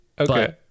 Okay